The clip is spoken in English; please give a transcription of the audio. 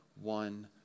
one